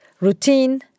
routine